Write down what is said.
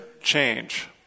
change